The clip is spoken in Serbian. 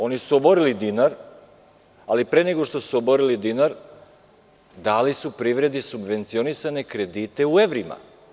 Oni su oborili dinar, ali pre nego što su oborili dinar, dali su privredi subvencionisane kredite u evrima.